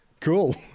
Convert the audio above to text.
Cool